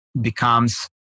becomes